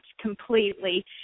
completely